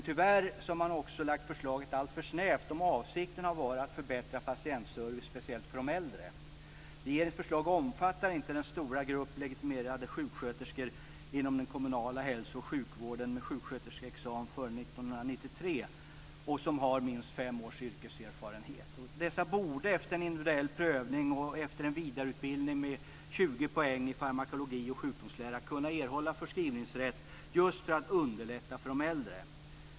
Tyvärr har man dock lagt förslaget alltför snävt, om avsikten har varit att förbättra patientservicen speciellt för de äldre. Regeringens förslag omfattar inte den stora grupp legitimerade sjuksköterskor inom den kommunala hälso och sjukvården som klarat sjuksköterskeexamen före 1993 och som har minst fem års yrkeserfarenhet. Dessa borde, efter en individuell prövning och efter en vidareutbildning med 20 poäng i farmakologi och sjukdomslära kunna erhålla förskrivningsrätt just för att underlätta för de äldre.